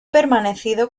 permanecido